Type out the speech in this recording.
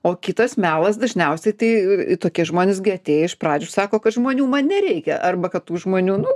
o kitas melas dažniausiai tai tokie žmonės gi atėję iš pradžių sako kad žmonių man nereikia arba kad tų žmonių nu